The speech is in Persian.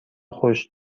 خوش